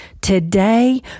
today